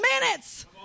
minutes